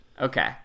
Okay